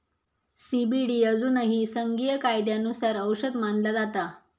CBD अजूनही संघीय कायद्यानुसार औषध मानला जाता